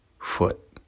foot